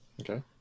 Okay